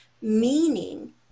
meaning